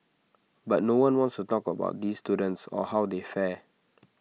but no one wants to talk about these students or how they fare